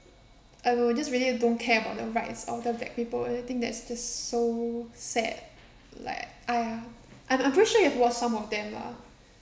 I don't know just really don't care about the rights of the black people and I think that's just so sad like I I'm I'm pretty sure you have watched some of them lah